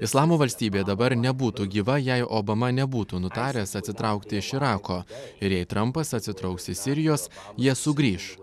islamo valstybė dabar nebūtų gyva jei obama nebūtų nutaręs atsitraukti iš irako ir jei trampas atsitrauks iš sirijos jie sugrįš